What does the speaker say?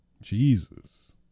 Jesus